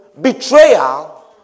betrayal